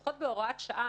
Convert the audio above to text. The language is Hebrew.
לפחות בהוראת שעה,